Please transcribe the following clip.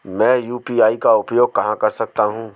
मैं यू.पी.आई का उपयोग कहां कर सकता हूं?